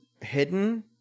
hidden